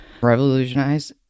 revolutionize